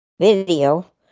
video